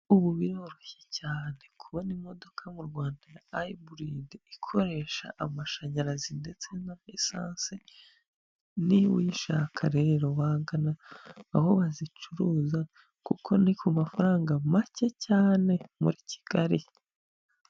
Ubu biroroshye cyane kubona imodoka mu Rwanda ya ayiburidi ikoresha amashanyarazi ndetse na esanse, niba uyishaka rero wagana aho bazicuruza kuko ni ku mafaranga make cyane muri Kigali.